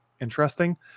interesting